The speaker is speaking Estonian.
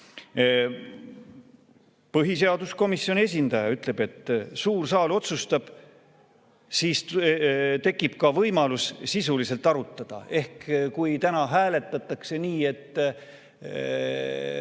Põhiseaduskomisjoni esindaja ütleb, et suur saal otsustab, siis tekib ka võimalus sisuliselt arutada. Ehk kui täna hääletatakse nii, et